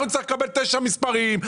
אנחנו נצטרך לקבל תשעה מספרים,